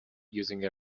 using